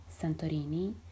Santorini